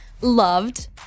loved